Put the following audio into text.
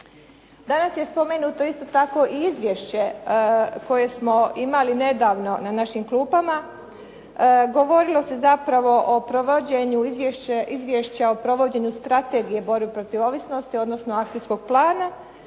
Danas je spomenuto isto tako i izvješće koje smo imali nedavno na našim klupama. Govorilo se zapravo o provođenju Izvješća o provođenju strategije borbe protiv ovisnosti odnosno akcijskog plana